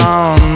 on